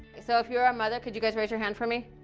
so if you're a mother, could you guys raise your hand for me?